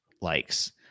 likes